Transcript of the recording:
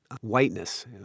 whiteness